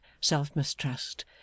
self-mistrust